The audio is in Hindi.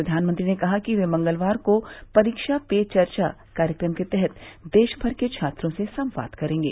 प्रधानमंत्री ने कहा कि वे मंगलवार को परीक्षा पे चर्चा कार्यक्रम के तहत देश भर के छात्रों से संवाद करेंगे